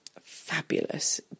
fabulous